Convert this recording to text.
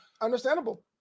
Understandable